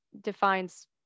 defines